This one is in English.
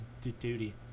Duty